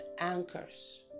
anchors